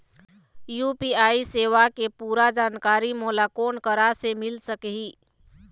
UPI सेवा के पूरा जानकारी मोला कोन करा से मिल सकही?